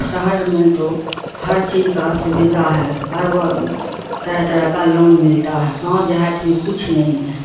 شہر میں تو ہر چیز کا سویدھا ہے ہر وہ طرح طرح کا لون ملتا ہے گاؤں دیہات میں کچھ نہیں ہے